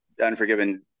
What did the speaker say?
Unforgiven